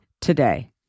today